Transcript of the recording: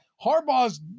Harbaugh's